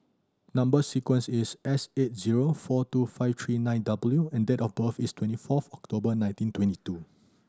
number sequence is S eight zero four two five three nine W and date of birth is twenty fourth October nineteen twenty two